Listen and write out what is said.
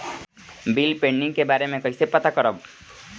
Bill pending के बारे में कईसे पता करब?